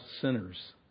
sinners